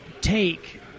take